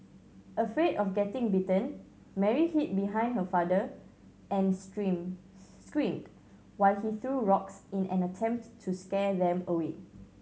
afraid of getting bitten Mary hid behind her father and stream screamed while he threw rocks in an attempt to scare them away